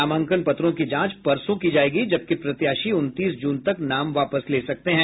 नामांकन पत्रों की जांच परसों की जायेगी जबकि प्रत्याशी उनतीस जून तक नाम वापस ले सकते हैं